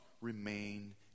remain